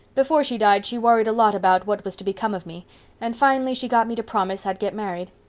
before she died she worried a lot about what was to become of me and finally she got me to promise i'd get married.